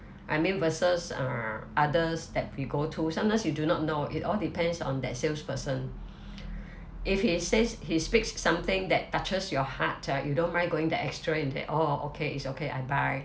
I mean versus uh others that we go to sometimes you do not know it all depends on that salesperson if he says he speaks something that touches your heart ah you don't mind going the extra in that orh okay it's okay I buy